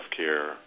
healthcare